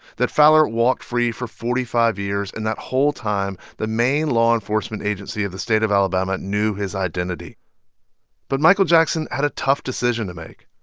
that fowler walked free for forty five years. and that whole time, the main law enforcement agency of the state of alabama knew his identity but michael jackson had a tough decision to make.